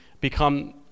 become